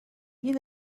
گین